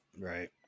right